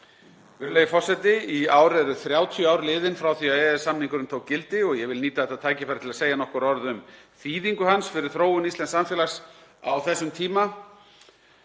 Virðulegi forseti. Í ár eru 30 ár liðin frá því að EES-samningurinn tók gildi og ég vil nýta þetta tækifæri til að segja nokkur orð um þýðingu hans fyrir þróun íslensks samfélags á þessum tíma.